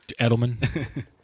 Edelman